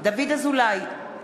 דוד אזולאי,